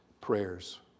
Prayers